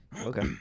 okay